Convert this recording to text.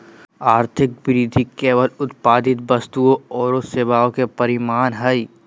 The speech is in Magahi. आर्थिक वृद्धि केवल उत्पादित वस्तुओं औरो सेवाओं के परिमाण हइ